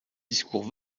discours